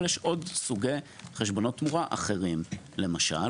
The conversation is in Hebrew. אבל יש עוד סוגי חשבונות תמורה אחרים, למשל